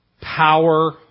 power